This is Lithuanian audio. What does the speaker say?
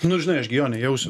nu žinai aš gi jo nejausiu